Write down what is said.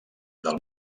del